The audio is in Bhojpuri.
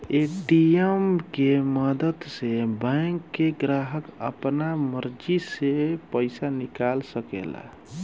ए.टी.एम के मदद से बैंक के ग्राहक आपना मर्जी से पइसा निकाल सकेला